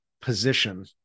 position